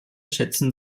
schätzen